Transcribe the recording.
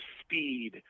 Speed